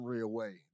away